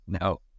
No